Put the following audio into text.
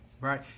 Right